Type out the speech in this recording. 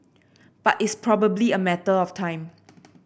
but it's probably a matter of time